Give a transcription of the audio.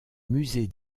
musée